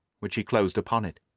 which he closed upon it.